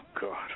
God